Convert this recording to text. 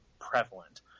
prevalent